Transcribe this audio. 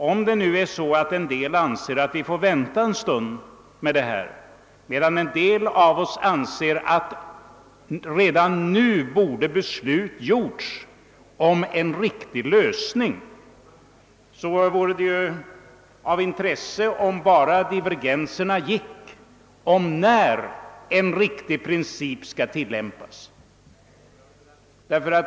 En del anser emellertid att vi bör vänta en tid med genomförandet av en sådan ordning, medan andra av oss anser att ett beslut om en riktig lösning av denna fråga borde ha fattats redan nu.